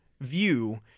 view